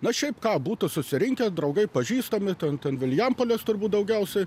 na šiaip ką būtų susirinkę draugai pažįstami ten ten vilijampolės turbūt daugiausiai